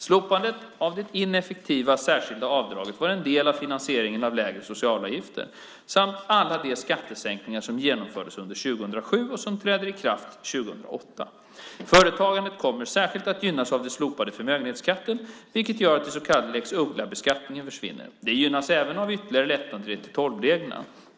Slopandet av det ineffektiva särskilda avdraget var en del av finansieringen av lägre socialavgifter samt alla de skattesänkningar som genomfördes under 2007 och de som träder i kraft 2008. Företagandet kommer särskilt att gynnas av den slopade förmögenhetsskatten, vilket gör att den så kallade lex Uggla-beskattningen försvinner. Det gynnas även av ytterligare lättnader i 3:12-reglerna.